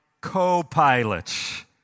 co-pilot